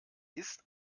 ist